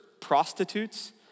prostitutes